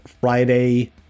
Friday